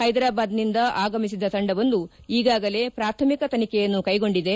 ಹ್ನೆದರಾಬಾದ್ನಿಂದ ಆಗಮಿಸಿದ ತಂಡವೊಂದು ಈಗಾಗಲೇ ಪ್ರಾಥಮಿಕ ತನಿಖೆಯನ್ನು ಕೈಗೊಂಡಿದೆ